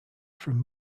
from